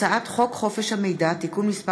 הצעת חוק חופש המידע (תיקון מס'